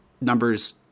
numbers